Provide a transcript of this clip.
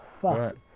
fuck